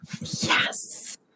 Yes